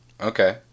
Okay